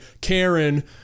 Karen